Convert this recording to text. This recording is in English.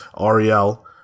Ariel